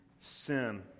sin